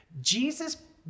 Jesus